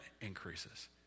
increases